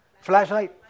flashlight